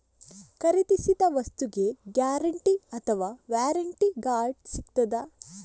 ಖರೀದಿಸಿದ ವಸ್ತುಗೆ ಗ್ಯಾರಂಟಿ ಅಥವಾ ವ್ಯಾರಂಟಿ ಕಾರ್ಡ್ ಸಿಕ್ತಾದ?